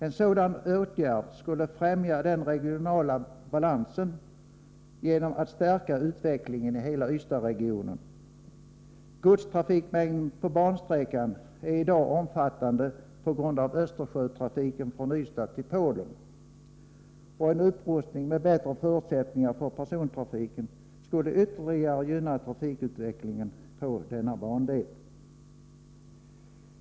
En sådan åtgärd skulle främja den regionala balansen genom att stärka utvecklingen i hela Ystadsregionen. Godstrafikmängden på bansträckan är i dag omfattande på grund av Östersjötrafiken från Ystad till Polen, och en upprustning med bättre förutsättningar för persontrafiken skulle ytterligare gynna trafikutvecklingen på denna bandel.